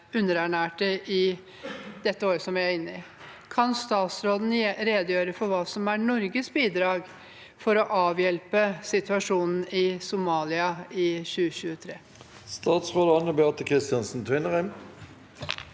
underernærte i år. Kan statsråden redegjøre for hva som er Norges bidrag for å avhjelpe situasjonen i Somalia i 2023?»